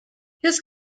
his